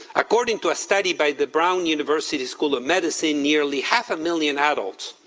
according to a study by the brown university school of medicine, nearly half a million adults,